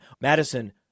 Madison